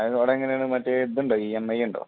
അത് അവിടെ എങ്ങനെയാണ് മറ്റെ ഇതുണ്ടോ ഇ എം ഐ ഉണ്ടോ